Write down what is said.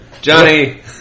Johnny